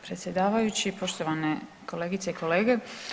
predsjedavajući, poštovane kolegice i kolege.